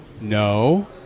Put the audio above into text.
no